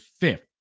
fifth